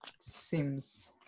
seems